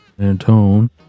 Antone